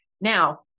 Now